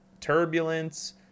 turbulence